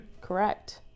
Correct